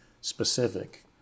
specific